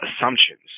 assumptions